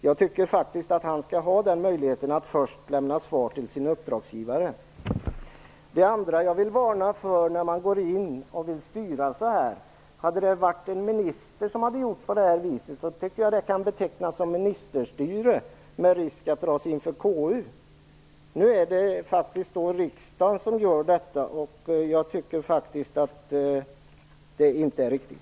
Jag tycker att han skall ha möjligheten att först lämna svar till sin uppdragsgivare. Jag vill varna för en annan sak när man vill gå in och styra. Om en minister hade gjort på detta sätt skulle det ha kunnat betecknas som ministerstyre, med risk för att dras inför KU. Nu är det riksdagen som gör detta, och jag tycker inte att det är riktigt.